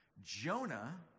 Jonah